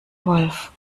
wolf